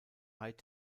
high